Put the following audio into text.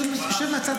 אתה יושב מהצד,